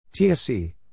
TSC